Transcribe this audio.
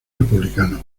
republicano